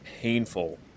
painful